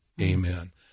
amen